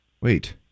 Wait